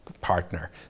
partner